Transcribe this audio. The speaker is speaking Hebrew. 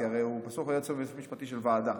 כי הרי הוא בסוף יועץ משפטי של ועדה,